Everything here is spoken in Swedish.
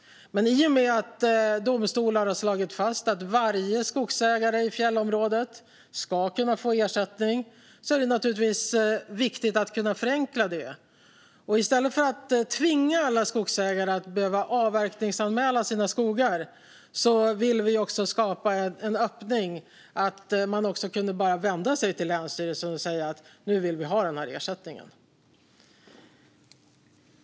Men i och med att domstolar har slagit fast att varje skogsägare i fjällområdet ska kunna få ersättning är det naturligtvis viktigt att kunna förenkla det. I stället för att tvinga alla skogsägare att behöva avverkningsanmäla sina skogar vill vi skapa en öppning för att man bara kan vända sig till länsstyrelsen och säga: Nu vill vi ha den här ersättningen.